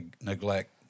neglect